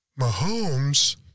Mahomes